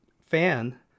fan